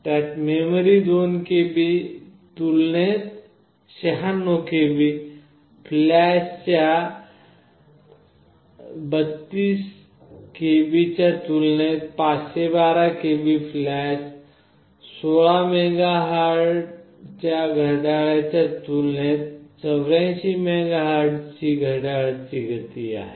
त्याला memory 2 KB तुलनेत 96KB फ्लॅशच्या 32 KB च्या तुलनेत 512KB फ्लॅश 16MHz च्या घड्याळाच्या तुलनेत 84 MHz ची घड्याळ गती आहे